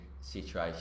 situation